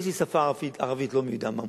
יש לי ערבית לא מי-יודע-מה מוצלחת,